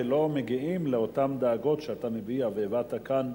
ולא מגיעים לאותן דאגות שאתה מביע והבעת כאן,